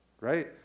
right